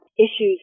issues